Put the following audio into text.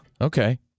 Okay